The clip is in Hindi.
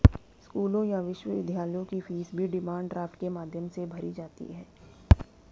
स्कूलों या विश्वविद्यालयों की फीस भी डिमांड ड्राफ्ट के माध्यम से भरी जाती है